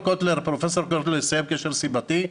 פרופ' קוטלר יציין קשר סיבתי.